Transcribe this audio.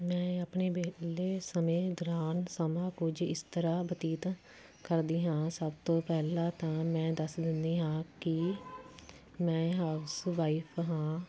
ਮੈਂ ਆਪਣੇ ਵਿਹਲੇ ਸਮੇਂ ਦੌਰਾਨ ਸਮਾਂ ਕੁਝ ਇਸ ਤਰ੍ਹਾਂ ਬਤੀਤ ਕਰਦੀ ਹਾਂ ਸਭ ਤੋਂ ਪਹਿਲਾਂ ਤਾਂ ਮੈਂ ਦੱਸ ਦਿੰਦੀ ਹਾਂ ਕਿ ਮੈਂ ਹਾਊਸਵਾਈਫ ਹਾਂ